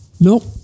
No